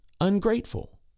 ungrateful